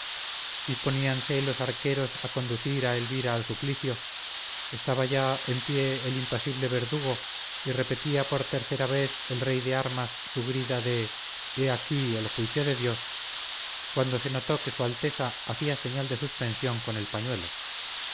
patíbulo disponíanse los archeros a conducir a elvira al suplicio estaba ya en pie el impasible verdugo y repetía por tercera vez el rey de armas su grida de he aquí el juicio de dios cuando se notó que su alteza hacía señal de suspensión con el pañuelo